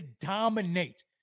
dominate